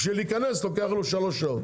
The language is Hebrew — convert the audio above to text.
בשביל להיכנס לוקח לו שלוש שעות.